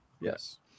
Yes